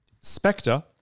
Spectre